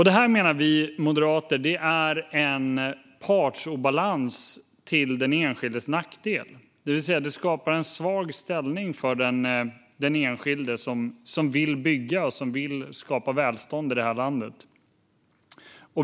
Detta är, menar vi moderater, en partsobalans till den enskildes nackdel. Det skapar en svag ställning för den enskilde som vill bygga och skapa välstånd här i landet.